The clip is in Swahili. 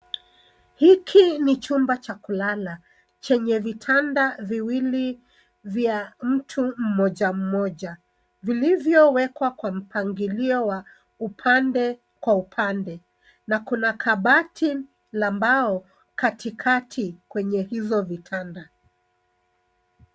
Hiki ni chumba cha kulala chenye vitanda viwili vya mtu mmoja mmoja ,vilivyowekwa kwa mpangilio wa upande kwa upande na kuna kabati la mbao katikati kwenye hizo vitanda.